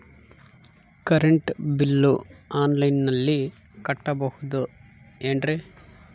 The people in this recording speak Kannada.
ಕರೆಂಟ್ ಬಿಲ್ಲು ಆನ್ಲೈನಿನಲ್ಲಿ ಕಟ್ಟಬಹುದು ಏನ್ರಿ?